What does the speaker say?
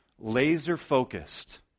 laser-focused